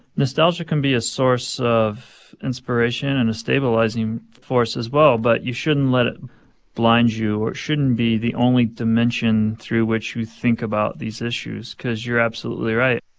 nostalgia can be a source of inspiration and a stabilizing force as well. but you shouldn't let it blind you, or it shouldn't be the only dimension through which you think about these issues cause you're absolutely right.